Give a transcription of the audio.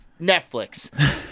Netflix